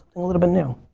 a little bit new.